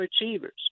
Achievers